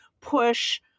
push